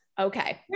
Okay